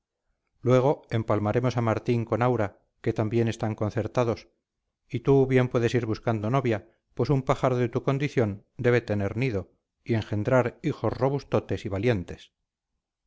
luego empalmaremos a martín con aura que también están concertados y tú bien puedes ir buscando novia pues un pájaro de tu condición debe tener nido y engendrar hijos robustotes y valientes